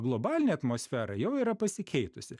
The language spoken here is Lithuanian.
globalinė atmosfera jau yra pasikeitusi